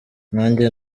nkanjye